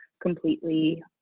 completely